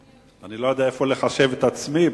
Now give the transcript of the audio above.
אני לא יודע איפה להחשיב את עצמי,